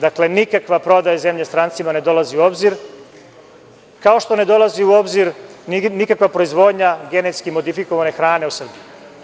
Dakle, nikakva prodaja zemlje strancima ne dolazi u obzir, kao što ne dolazi u obzir nikakva proizvodnja genetski modifikovane hrane u Srbiji.